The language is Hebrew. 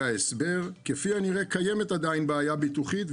ההסבר כפי הנראה קיימת עדין בעיה ביטוחית,